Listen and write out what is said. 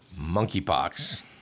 monkeypox